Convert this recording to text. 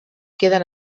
queden